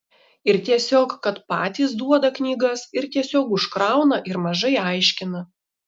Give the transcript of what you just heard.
ir tiesiog kad patys duoda knygas ir tiesiog užkrauna ir mažai aiškina